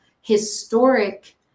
historic